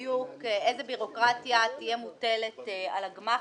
בדיוק איזו ביורוקרטיה תהיה מוטלת על הגמ"חים.